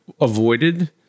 avoided